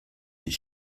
his